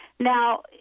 Now